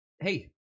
Hey